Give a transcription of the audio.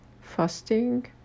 fasting